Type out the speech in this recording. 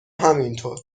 همینطور